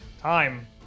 time